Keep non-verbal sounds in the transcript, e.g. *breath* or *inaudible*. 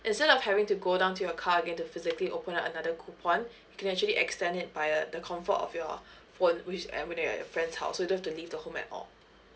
instead of having to go down to your car again to physically open up another coupon *breath* you can actually extend it by uh the comfort of your *breath* phone which uh you would do that at your friend's house so you don't have to the home at all